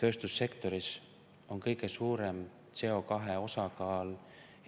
tööstussektoris on kõige suurem CO2osakaal